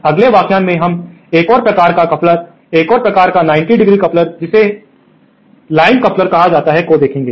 अगले व्याख्यान में हम एक और प्रकार का कपलर एक और प्रकार का 90° कपलर जिसे लाइन कपलर कहा जाता है को देखेंगे